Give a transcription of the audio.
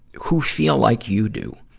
who feel like you do.